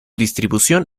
distribución